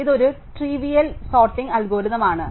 അതിനാൽ ഇതൊരു trivial sorting algorithm ആണ്